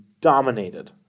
dominated